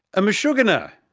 a mashugana!